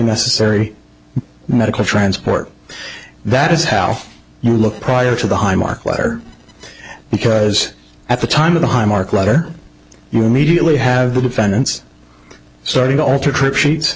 necessary medical transport that is how you look prior to the high mark letter because at the time of the highmark letter you mediately have the defendants starting to alter trip sheets